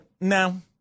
no